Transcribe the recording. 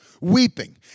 weeping